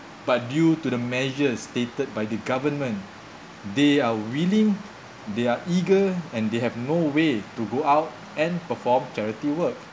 but due to the measures stated by the government they are willing they are eager and they have no way to go out and perform charity work